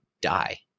die